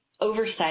oversight